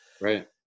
Right